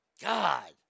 God